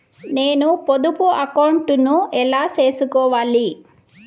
నేను పొదుపు అకౌంటు ను ఎలా సేసుకోవాలి?